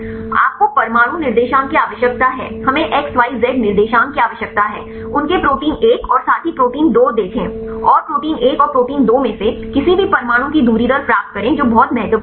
आपको परमाणु निर्देशांक की आवश्यकता है हमें एक्स वाई जेड निर्देशांक की आवश्यकता है उनके प्रोटीन 1 और साथी प्रोटीन 2 देखें और प्रोटीन 1 और प्रोटीन 2 में किसी भी परमाणु की दूरी दर प्राप्त करें जो बहुत महत्वपूर्ण है